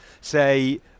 Say